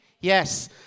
Yes